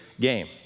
game